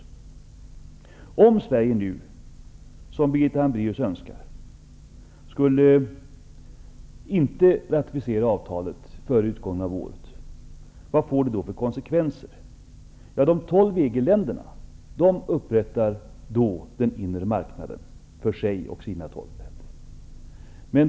Vilka konsekvenser skulle det få om Sverige nu, som Brigitta Hambraeus önskar, inte skulle ratificera avtalet före utgången av året? Den inre marknaden upprättas för de tolv EG-länderna.